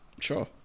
Sure